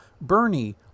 Bernie